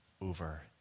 over